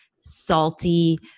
salty